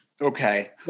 Okay